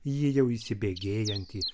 jį jau įsibėgėjantį